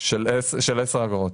של עשר אגורות.